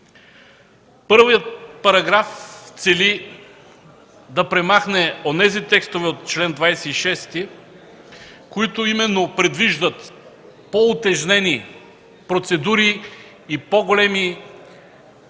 Първият параграф цели да премахне онези текстове от чл. 26, които предвиждат по-утежнени процедури и по-стриктни